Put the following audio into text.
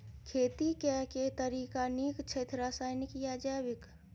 खेती केँ के तरीका नीक छथि, रासायनिक या जैविक?